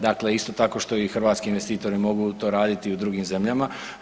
Dakle, isto tako što i hrvatski investitori mogu to raditi i u drugim zemljama.